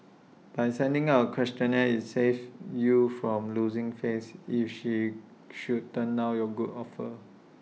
by sending out A questionnaire IT saves you from losing face if she should turn down your good offer